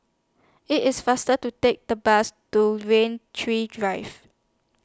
IT IS faster to Take The Bus to Rain Tree Drive